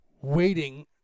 waiting